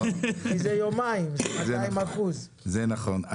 כי זה יומיים 200%. זה נכון.